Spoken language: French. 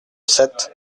sept